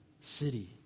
city